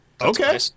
Okay